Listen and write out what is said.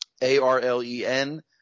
A-R-L-E-N